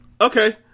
Okay